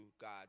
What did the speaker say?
God